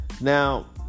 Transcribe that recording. Now